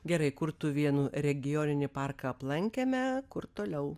gerai kurtuvėnų regioninį parką aplankėme kur toliau